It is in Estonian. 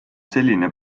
selline